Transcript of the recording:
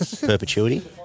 perpetuity